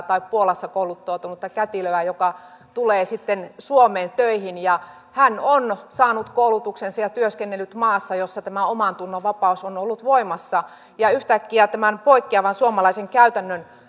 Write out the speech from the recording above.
tai puolassa kouluttautunutta kätilöä joka tulee sitten suomeen töihin ja hän on saanut koulutuksensa ja työskennellyt maassa jossa tämä omantunnonvapaus on ollut voimassa yhtäkkiä tämän poikkeavan suomalaisen käytännön